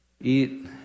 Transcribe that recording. eat